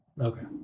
Okay